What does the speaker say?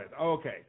Okay